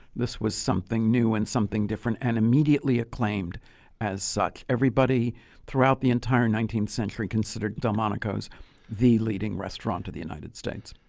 this was something new, and something different, and immediately acclaimed as such. everybody throughout the entire nineteenth century considered delmonico's the leading restaurant in the united states